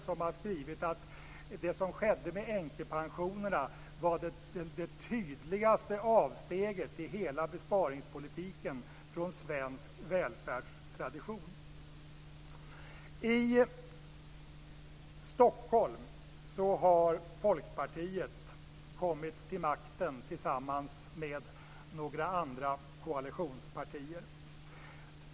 Han har skrivit: Det som skedde med änkepensionerna var det tydligaste avsteget i hela besparingspolitiken från svensk välfärdstradition. I Stockholm har Folkpartiet kommit till makten tillsammans med några andra koalitionspartier.